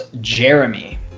Jeremy